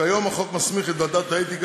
כיום החוק מסמיך את ועדת האתיקה,